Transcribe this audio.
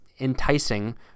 enticing